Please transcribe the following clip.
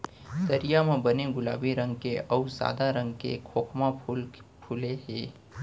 तरिया म बने गुलाबी रंग के अउ सादा रंग के खोखमा फूल फूले हे